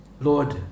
Lord